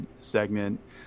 segment